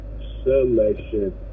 selection